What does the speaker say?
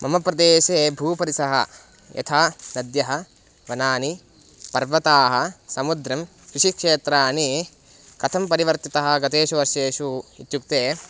मम प्रदेशे भूपरिसराः यथा नद्यः वनानि पर्वताः समुद्रं कृषिक्षेत्राणि कथं परिवर्तितः गतेषु वर्षेषु इत्युक्ते